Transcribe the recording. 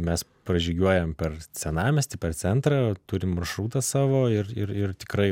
mes pražygiuojam per senamiestį per centrą turim maršrutą savo ir ir ir tikrai